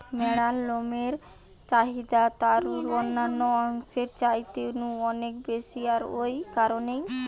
ম্যাড়ার লমের চাহিদা তারুর অন্যান্য অংশের চাইতে নু অনেক বেশি আর ঔ কারণেই